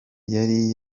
yari